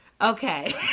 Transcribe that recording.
Okay